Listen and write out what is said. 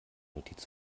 notiz